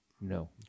No